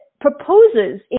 proposes